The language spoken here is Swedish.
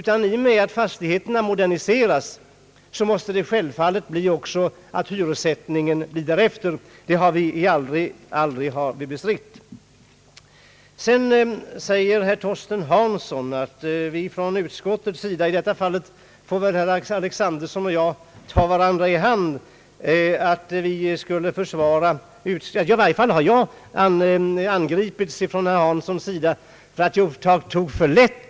I och med att fastigheterna moderniseras, måste hyressättningen självfallet bli därefter. Det har vi aldrig bestridit. Herr Torsten Hansson påstår att vi från utskottet — i detta fall får väl herr Alexanderson och jag ta varandra i hand — skulle ha tagit för lätt på den reservation som han och herr Svenning har lämnat.